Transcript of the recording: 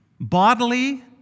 bodily